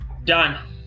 done